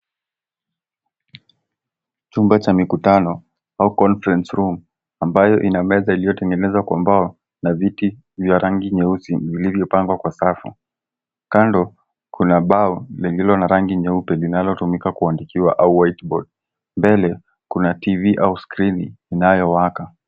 Chumba cha mikutano au conference room ambayo ina meza iliyotengenezwa kwa mbao na viti vya rangi nyeusi vilivyopangwa kwa safu, kando kuna bao lililo na rangi nyeupe, linalotumika kuandikia au whiteboard .Mbele kuna TV au skrini inayowaka.